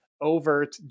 overt